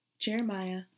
Jeremiah